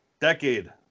decade